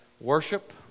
worship